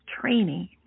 training